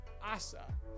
Asa